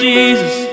Jesus